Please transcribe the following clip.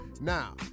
Now